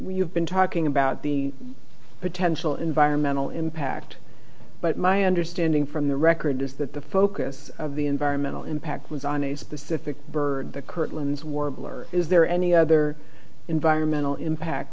we've been talking about the potential environmental impact but my understanding from the record is that the focus of the environmental impact was on a specific bird the curtains warbler is there any other environmental impact